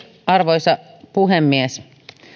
arvoisa puhemies